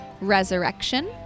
Resurrection